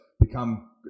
become